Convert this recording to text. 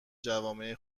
جوامع